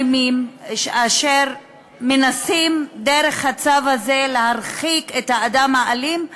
אני אציע היום הצעת חוק למניעת אלימות במשפחה (תיקון,